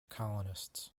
colonists